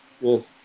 Yes